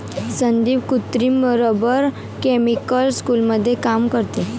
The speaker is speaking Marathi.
संदीप कृत्रिम रबर केमिकल स्कूलमध्ये काम करते